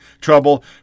trouble